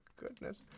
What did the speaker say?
goodness